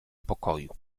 pokoju